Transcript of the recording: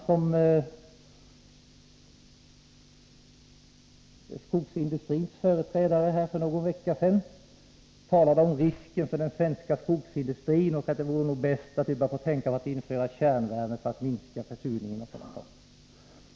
Som skogsindustrins företrädare talade de för någon vecka sedan om risken för den svenska skogsindustrin och menade att det nog vore bäst att börja tänka på att införa kärnvärme för att minska försurningen — osv.